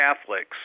Catholics